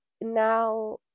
now